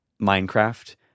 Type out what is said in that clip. Minecraft